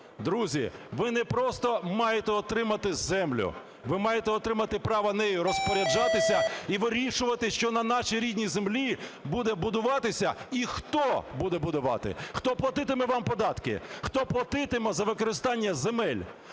Друзі, ви не просто маєте отримати землю. Ви маєте отримати право нею розпоряджатися і вирішувати, що на нашій рідній землі буде будуватися і хто буде будувати, хто платитиме вам податки, хто платитиме за використання земель,